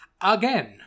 again